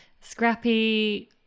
scrappy